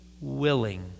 willing